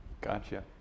gotcha